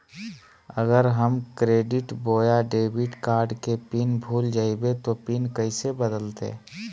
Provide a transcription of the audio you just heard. अगर हम क्रेडिट बोया डेबिट कॉर्ड के पिन भूल जइबे तो पिन कैसे बदलते?